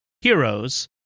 heroes